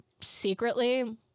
secretly